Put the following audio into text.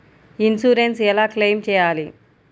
Insurance ఎలా claim చేయాలి?